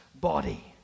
body